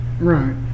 right